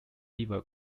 beaver